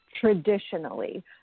traditionally